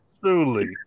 Truly